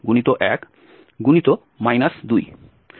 ⋅1⋅ যেখানে h 1